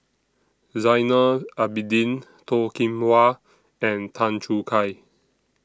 Zainal Abidin Toh Kim Hwa and Tan Choo Kai